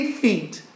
feet